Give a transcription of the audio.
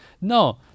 No